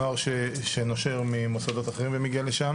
נוער שנושר ממוסדות אחרים ומגיע לשם